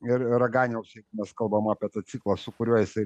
ir raganiaus jeigu mes kalbam apie tą ciklą su kuriuo jisai